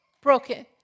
broken